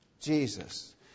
Jesus